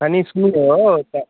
कनिक सुनियौ तऽ